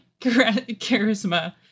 charisma